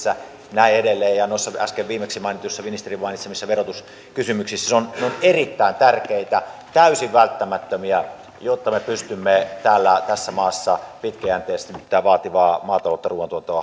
näin edelleen ja noissa viimeksi mainituissa ministerin mainitsemissa verotuskysymyksissä ne ovat erittäin tärkeitä täysin välttämättömiä jotta me pystymme tässä maassa pitkäjänteisemmin vaativaa maataloutta